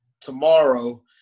tomorrow